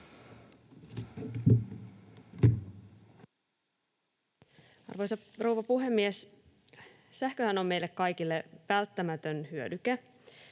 Arvoisa rouva puhemies! Sähköhän on meille kaikille välttämätön hyödyke.